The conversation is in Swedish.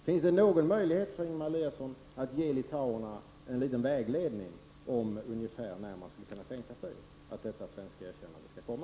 Finns det någon möjlighet för Ingemar Eliasson att ge litauerna en liten vägledning om ungefär när man skulle kunna tänka sig att detta svenska erkännande skall komma?